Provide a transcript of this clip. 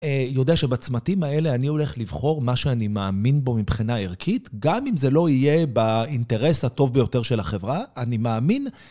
יודע שבצמתים האלה אני הולך לבחור מה שאני מאמין בו מבחינה ערכית, גם אם זה לא יהיה באינטרס הטוב ביותר של החברה, אני מאמין.